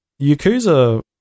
Yakuza